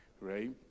right